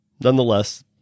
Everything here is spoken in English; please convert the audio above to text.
nonetheless